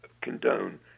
condone